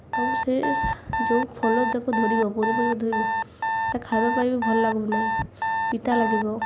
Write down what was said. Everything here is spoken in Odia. ଆଉ ସେ ଯୋଉ ଫଲଯାକ ଧରିବ ପନିପରିବା ଧରିବ ସେଇଟା ଖାଇବା ପାଇବ ବି ଭଲ ଲାଗୁନାହିଁ ପିତା ଲାଗିବ